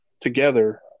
together